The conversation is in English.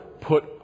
put